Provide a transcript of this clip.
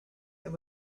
and